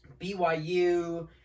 BYU